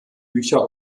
bücher